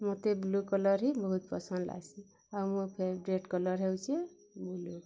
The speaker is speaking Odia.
ମତେ ବ୍ଲୁ କଲର୍ ହିଁ ବହୁତ୍ ପସନ୍ଦ୍ ଲାଗ୍ସି ଆଉ ମୋର୍ ଫେଭୋରାଇଟ୍ କଲର୍ ହେଉଛି ବ୍ଲୁ